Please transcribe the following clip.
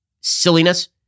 silliness